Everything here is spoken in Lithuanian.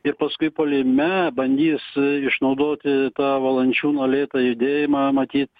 ir paskui puolime bandys išnaudoti valančiūno lėtą judėjimą matyt